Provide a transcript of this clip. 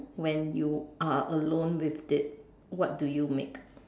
when you are alone with it what do you make